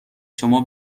شما